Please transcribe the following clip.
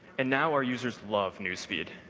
and now our users love news feed.